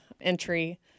entry